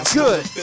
good